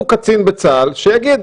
הוא קצין בצה"ל, שיגיד,